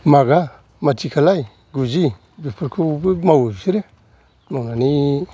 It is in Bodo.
मागा माथि खालाय गुजि बेफोरखौबो मावो बिसोरो मावनानै